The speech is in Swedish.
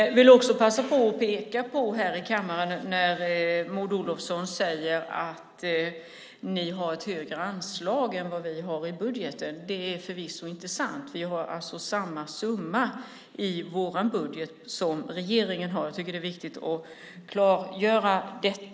Jag vill också passa på att påpeka, när Maud Olofsson säger att de har ett högre anslag än vi i budgeten, att det förvisso inte är sant. Vi har samma summa i vår budget som regeringen har i sin. Det är viktigt att klargöra det.